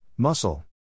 Muscle